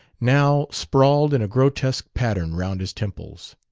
now sprawled in a grotesque pattern round his temples.